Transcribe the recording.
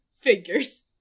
Figures